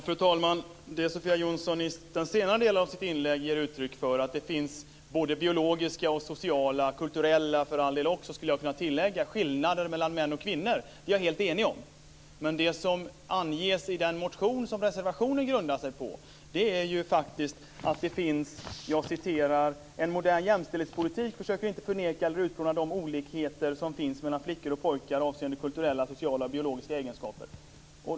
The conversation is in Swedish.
Fru talman! Det Sofia Jonsson i den senare delen av sitt inlägg ger uttryck för, att det finns både biologiska och sociala, och för allt del också kulturella, skulle jag kunna tillägga, skillnader mellan män och kvinnor är vi helt eniga om. Men det som anges i den motion som reservationen grundar sig på är: En modern jämställdhetspolitik försöker inte förneka eller utplåna de olikheter som finns mellan flickor och pojkar vad gäller kulturella, sociala och biologiska egenskaper.